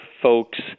folks